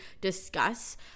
discuss